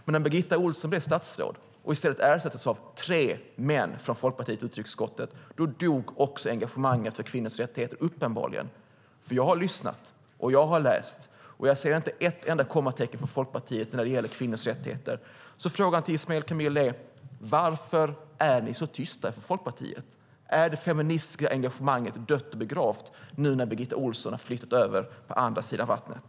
Men när Birgitta Ohlsson blev statsråd och i stället ersattes av tre män från Folkpartiet i utrikesutskottet dog uppenbarligen också engagemanget för kvinnors rättigheter. Jag har lyssnat, och jag har läst, och jag ser inte ett enda kommatecken från Folkpartiet när det gäller kvinnors rättigheter. Frågan till Ismail Kamil är: Varför är ni så tysta från Folkpartiet? Är det feministiska engagemanget dött och begravt nu när Birgitta Ohlsson har flyttat över på andra sidan vattnet?